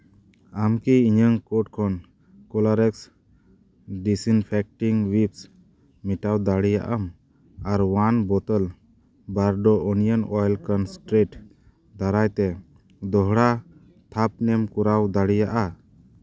ᱟᱢ ᱠᱤ ᱤᱧᱟᱹᱜ ᱠᱟᱨᱴ ᱠᱷᱚᱱ ᱠᱞᱳᱨᱚᱠᱥ ᱰᱤᱥᱤᱱᱯᱷᱮᱠᱴᱤᱝ ᱩᱭᱤᱯᱥ ᱢᱮᱴᱟᱣ ᱫᱟᱲᱮᱭᱟᱜᱼᱟᱢ ᱟᱨ ᱳᱣᱟᱱ ᱵᱳᱴᱳᱞ ᱵᱟᱨᱰᱳ ᱳᱱᱤᱭᱚᱱ ᱳᱭᱮᱞ ᱠᱚᱱᱥᱴᱨᱮᱴ ᱫᱟᱨᱟᱭᱛᱮ ᱫᱚᱦᱲᱟ ᱛᱷᱟᱯᱚᱱᱮᱢ ᱠᱚᱨᱟᱣ ᱫᱟᱲᱮᱭᱟᱜᱼᱟ